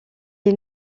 est